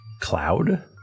cloud